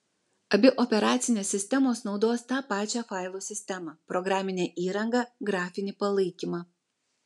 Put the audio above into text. abi operacinės sistemos naudos tą pačią failų sistemą programinę įrangą grafinį palaikymą